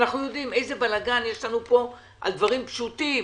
אנחנו יודעים איזה בלגאן יש לנו פה על דברים פשוטים